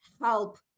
help